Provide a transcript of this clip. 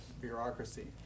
bureaucracy